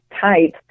type